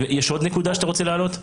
יש עוד נקודה שאתה רוצה להעלות?